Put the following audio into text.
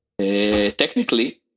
Technically